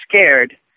scared